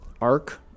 arc